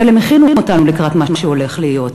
אבל הן הכינו אותנו לקראת מה שהולך להיות.